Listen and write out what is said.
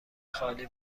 خالی